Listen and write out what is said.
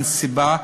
אין סיבה.